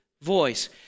voice